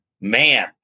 man